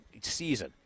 season